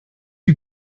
you